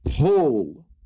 pull